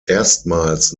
erstmals